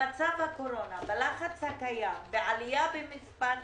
במצב הקורונה, בלחץ הקיים, בעלייה במספר הפניות,